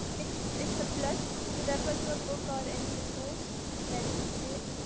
it's it's a plus to refer to a book or any resource that is needed.